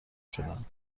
شدن